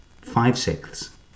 five-sixths